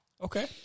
Okay